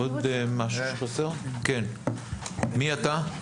מי אתה?